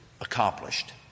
accomplished